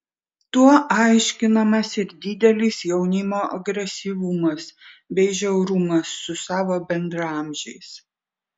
tuo aiškinamas ir didelis jaunimo agresyvumas bei žiaurumas su savo bendraamžiais